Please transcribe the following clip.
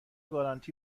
گارانتی